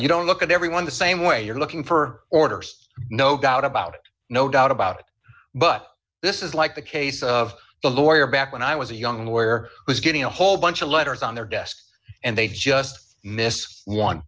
you don't look at everyone the same way you're looking for orders no doubt about it no doubt about it but this is like the case of the lawyer back when i was a young lawyer who's getting a whole bunch of letters on their desk and they just miss